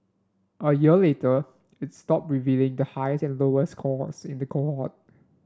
a year later its stopped revealing the highest and lowest scores in the cohort